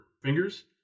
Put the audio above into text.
fingers